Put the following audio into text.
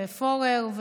ופורר.